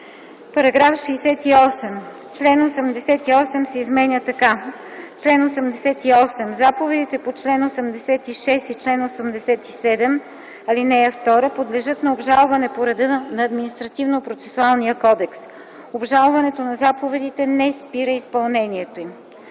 § 68. Член 88 се изменя така: „Чл. 88. Заповедите по чл. 86 и чл. 87, ал. 2 подлежат на обжалване по реда на Административнопроцесуалния кодекс. Обжалването на заповедите не спира изпълнението им.”